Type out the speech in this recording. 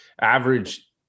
average